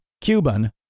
Cuban